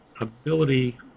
ability